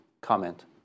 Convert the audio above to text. comment